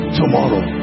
tomorrow